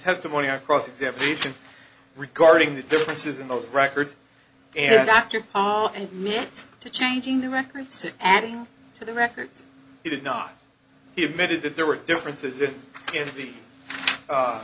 testimony or cross examination regarding the differences in those records and after and may it to changing the records to adding to the records he did not he admitted that there were differences in the